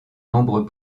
nombreux